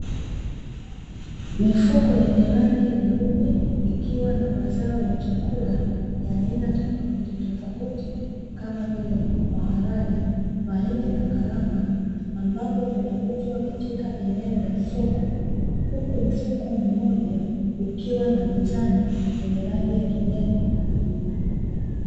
Mifuko yenye rangi nyeupe, ikiwa na mazao ya chakula ya aina tofautitofauti kama vile: maharage, mahindi na karanga; ambapo vinauzwa katika eneo la soko. Huku mfuko mmoja ukiwa na mizani yenye rangi ya kijani kwa juu.